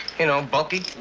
you know, bulky.